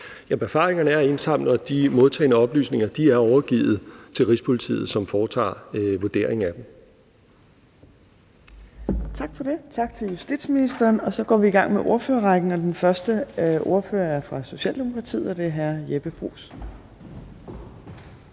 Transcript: Jamen erfaringerne er indsamlet, og de modtagne oplysninger er overgivet til Rigspolitiet, som foretager en vurdering af dem. Kl. 11:32 Fjerde næstformand (Trine Torp): Tak til justitsministeren. Så går vi i gang med ordførerrækken, og den første ordfører er fra Socialdemokratiet, og det er hr. Jeppe Bruus.